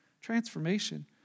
Transformation